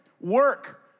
Work